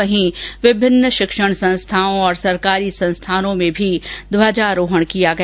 वहीं विभिन्न शिक्षण संस्थानों और सरकारी संस्थानों में भी ध्वजारोहण किया गया